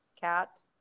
cat